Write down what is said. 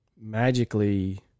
magically